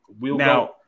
Now